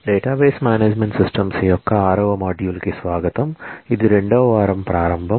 database management systems యొక్క module 6 కు స్వాగతం ఇది 2 వ వారం ప్రారంభం